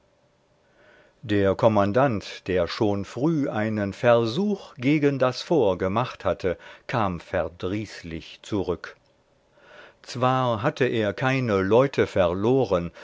der kommandant der schon früh einen versuch gegen das fort gemacht hatte kam verdrießlich zurück zwar hatte er keine leute verloren